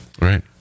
Right